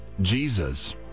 Jesus